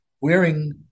wearing